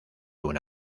una